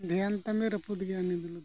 ᱫᱷᱮᱭᱟᱱ ᱛᱟᱢᱮ ᱨᱟᱹᱯᱩ ᱜᱮᱭᱟ ᱩᱱᱤ ᱫᱚ ᱞᱩᱛᱩᱨ ᱫᱚ